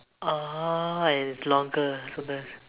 ah is longer so there's